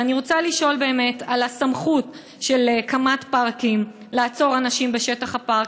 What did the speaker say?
ואני רוצה לשאול על הסמכות של קמ"ט פארקים לעצור אנשים בשטח הפארק.